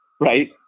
right